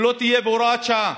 שזה לא יהיה בהוראת שעה,